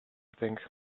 think